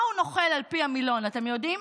מהו נוכל על פי המילון, אתם יודעים?